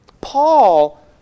Paul